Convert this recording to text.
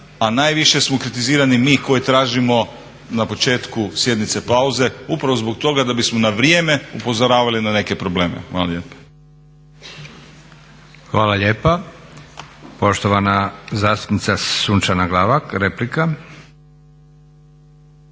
a najviše smo kritizirani mi koji tražimo na početku sjednice pauze upravo zbog toga da bismo na vrijeme upozoravali na neke probleme. Hvala lijepa. **Leko, Josip (SDP)** Hvala lijepa. Poštovana zastupnica Sunčana Glavak, replika.